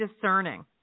discerning